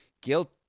guilt